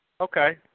Okay